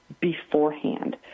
beforehand